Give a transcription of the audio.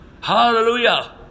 Hallelujah